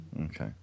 Okay